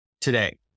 today